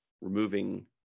removing